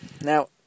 Now